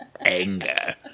Anger